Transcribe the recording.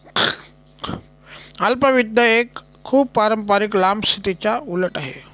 अल्प वित्त एक खूप पारंपारिक लांब स्थितीच्या उलट आहे